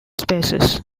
spaces